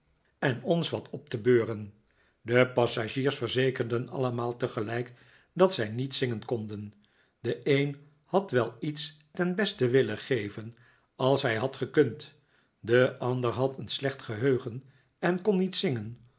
en ons wat op te beuren de passagiers verzekerden allemaal tegelijk dat zij niet zingen konden de een had wel iets ten beste willen geven als hij had gekund de ander had een slecht geheugen en kon niet zingen